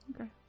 okay